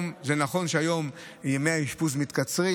זה נכון שהיום ימי האשפוז מתקצרים,